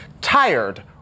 tired